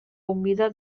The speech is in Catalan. humida